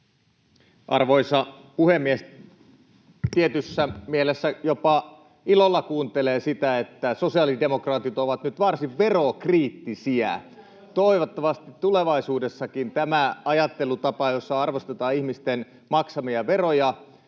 Arvoisa puhemies! Tietyssä mielessä jopa ilolla kuuntelee sitä, että sosiaalidemokraatit ovat nyt varsin verokriittisiä. [Pia Viitanen: Kyllä ollaan!] Toivottavasti tulevaisuudessakin tämä ajattelutapa, jossa arvostetaan ihmisten maksamia veroja,